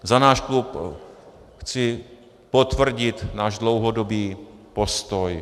Za náš klub chci potvrdit náš dlouhodobý postoj.